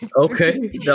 okay